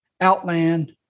outland